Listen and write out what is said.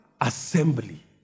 assembly